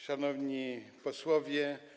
Szanowni Posłowie!